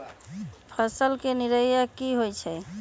फसल के निराया की होइ छई?